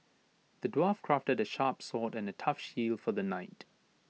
the dwarf crafted A sharp sword and A tough shield for the knight